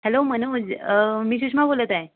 hello Manoj मी शुष्मा बोलत आहे